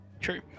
True